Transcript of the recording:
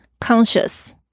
Conscious